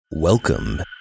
Welcome